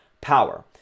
power